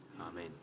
Amen